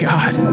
God